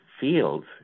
fields